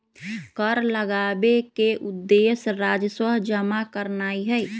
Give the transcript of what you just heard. कर लगाबेके उद्देश्य राजस्व जमा करनाइ हइ